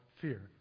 fear